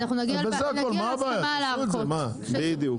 תשהו את זה, כדאי.